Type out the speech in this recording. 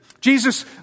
Jesus